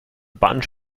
bunch